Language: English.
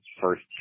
first